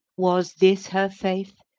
was this her faith?